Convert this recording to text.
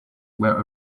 where